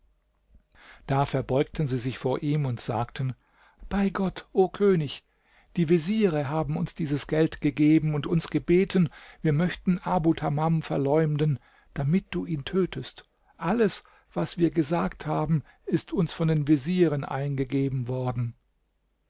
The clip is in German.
da verbeugten sie sich vor ihm und sagten bei gott o könig die veziere haben uns dieses geld gegeben und uns gebeten wir möchten abu tamam verleumden damit du ihn tötest alles was wir gesagt haben ist uns von den vezieren eingegeben worden